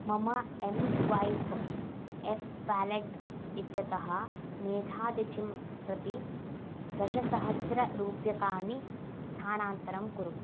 मम एम् स्वैप् ऐफ़् पेलेट् इत्यतः मेधातिथिं प्रति दशसहस्ररूप्यकाणि स्थानान्तरं कुरु